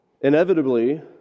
Inevitably